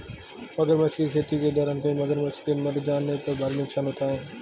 मगरमच्छ की खेती के दौरान कई मगरमच्छ के मर जाने पर भारी नुकसान होता है